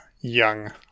young